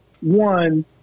one